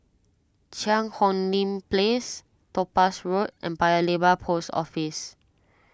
Cheang Hong Lim Place Topaz Road and Paya Lebar Post Office